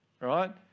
right